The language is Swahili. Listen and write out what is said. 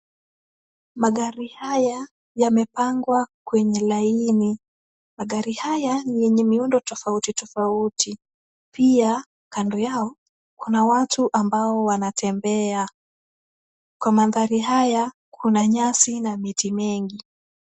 Magari haya yamepangwa kwenye line . Magari haya ni yenye miundo tofauti tofauti. Pia, kando yao kuna watu ambao wanatembea. Kwa mandhari haya, kuna nyasi na miti mingi.